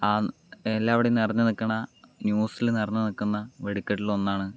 ആ എല്ലാവിടെയും നിറഞ്ഞ് നിൽക്കുന്ന ന്യൂസില് നിറഞ്ഞ് നിൽക്കുന്ന വെടിക്കെട്ടിലൊന്നാണ്